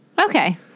Okay